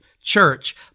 Church